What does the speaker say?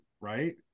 right